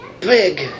big